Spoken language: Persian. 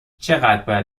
چقدر